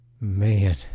Man